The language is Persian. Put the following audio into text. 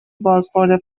بازخورد